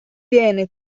viene